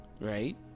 right